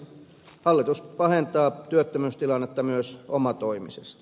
hallitus pahentaa työttömyystilannetta myös omatoimisesti